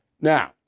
Now